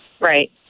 Right